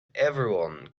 everyone